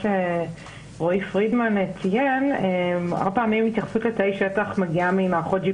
שיישלח למענו הדיגיטלי.